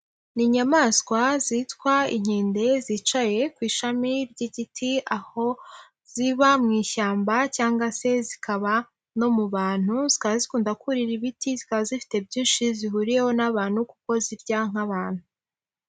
Ni inyamaswa zitwa inkende zicaye ku ishami ry'igiti, aho ziba mu ishyamba cyangwa se zikaba no mu bantu, zikaba zikunda kurira ibiti, zikaba zifite byinshi zihuriyeho n'abantu kuko zirya nk'abantu.